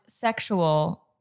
sexual